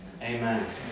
amen